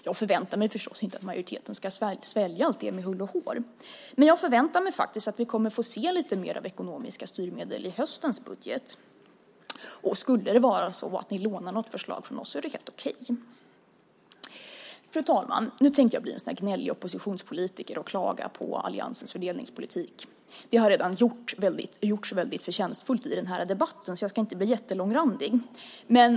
Jag förväntar mig förstås inte att majoriteten ska svälja allt det med hull och hår. Men jag förväntar mig faktiskt att vi kommer att få se lite mer av ekonomiska styrmedel i höstens budget. Skulle det vara så att ni lånar något förslag från oss är det helt okej. Fru talman! Jag tänkte nu bli en sådan där gnällig oppositionspolitiker och klaga på alliansens fördelningspolitik. Det har redan väldigt förtjänstfullt gjorts i den här debatten. Jag ska därför inte bli jättelångrandig.